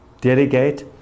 delegate